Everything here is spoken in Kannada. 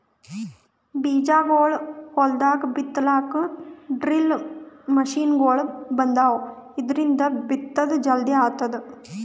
ಬೀಜಾಗೋಳ್ ಹೊಲ್ದಾಗ್ ಬಿತ್ತಲಾಕ್ ಡ್ರಿಲ್ ಮಷಿನ್ಗೊಳ್ ಬಂದಾವ್, ಇದ್ರಿಂದ್ ಬಿತ್ತದ್ ಜಲ್ದಿ ಆಗ್ತದ